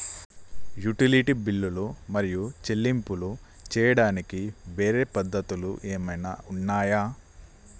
Utility బిల్లులు మరియు చెల్లింపులు చేయడానికి వేరే పద్ధతులు ఏమైనా ఉన్నాయా?